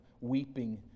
weeping